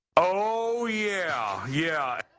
oh yeah, yeah.